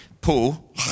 Paul